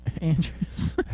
Andrews